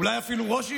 אולי אפילו ראש עיר,